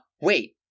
wait